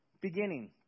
beginning